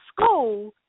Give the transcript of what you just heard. school